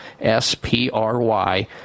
S-P-R-Y